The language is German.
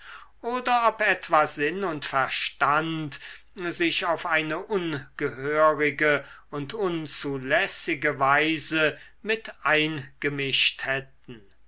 oder ob etwa sinn und verstand sich auf eine ungehörige und unzulässige weise mit eingemischt hätten